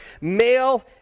Male